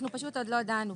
2: